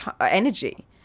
energy